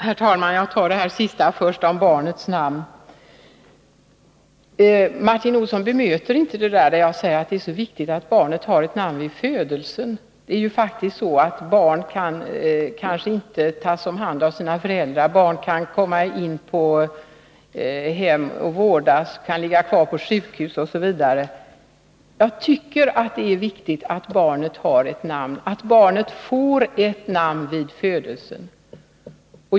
Herr talman! Först detta om barnets namn. Martin Olsson bemöter inte det jag sade, att det är så viktigt att barnet har ett namn vid födelsen. Det är faktiskt så att barnet kanske inte tas om hand av sina föräldrar. Barnet kan komma in på hem för att vårdas, det kan ligga kvar på sjukhus osv. Jag tycker att det är viktigt att barnet har ett namn vid födelsen.